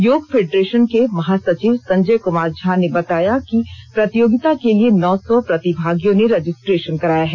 योग फेडरेशन के महासचिव संजय कुमार झा ने बताया कि प्रतियोगिता के लिए नौ र्सो प्रतिभागियों ने रजिस्ट्रेशन कराया है